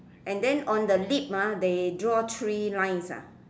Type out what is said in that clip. and then on the lip ah they draw three lines ah